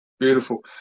Beautiful